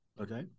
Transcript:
Okay